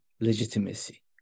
legitimacy